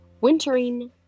wintering